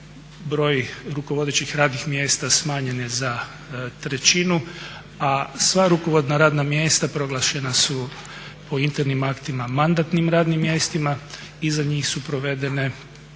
Broj rukovodećih radnih mjesta smanjen je sa trećinu, a sva rukovodna radna mjesta proglašena su po internim aktima mandatnim radnim mjestima, iza njih su provedeni javni